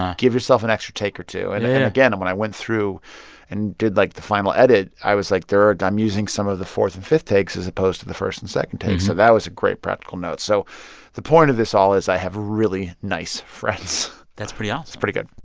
give yourself an extra take or two. and and again, when i went through and did, like, the final edit, i was like, there are i'm using some of the fourth and fifth takes, as opposed to the first and second takes. so that was a great practical note. so the point of this all is i have really nice friends that's pretty awesome um that's pretty good